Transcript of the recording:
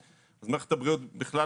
חברת הכנסת, בבקשה.